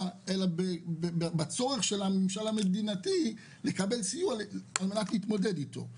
אלא בצורך של הממשלה המדינתי לקבל סיוע על מנת להתמודד איתו.